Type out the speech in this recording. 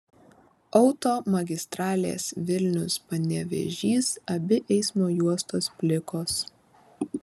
automagistralės vilnius panevėžys abi eismo juostos plikos